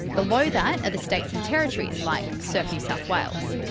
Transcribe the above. below that are the states and territories like surf new south wales.